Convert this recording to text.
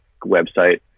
website